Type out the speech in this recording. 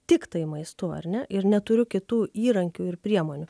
tiktai maistu ar ne ir neturiu kitų įrankių ir priemonių